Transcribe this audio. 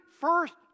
first